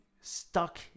stuck